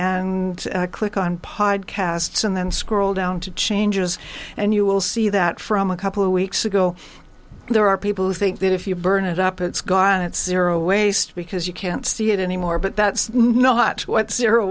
and click on podcasts and then scroll down to changes and you will see that from a couple of weeks ago there are people who think that if you burn it up it's gone it's zero waste because you can't see it anymore but that's not what zero